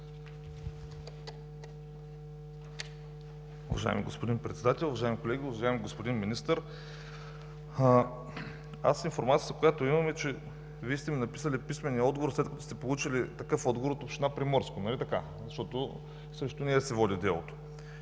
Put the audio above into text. Уважаеми господин Председател, уважаеми колеги! Уважаеми господин Министър, информацията, която имам, е, че Вие сте ми написали писмения отговор, след като сте получили такъв отговор от община Приморско, нали така, защото срещу нея се води делото?